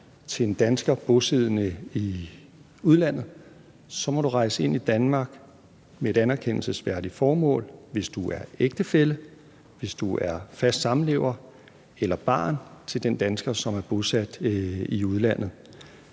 til en dansker bosiddende i udlandet, må du rejse ind i Danmark med et anerkendelsesværdigt formål, eller hvis du er ægtefælle, du er fast samlever eller du er barn til den dansker, som er bosat i udlandet.